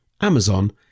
Amazon